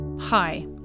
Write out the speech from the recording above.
Hi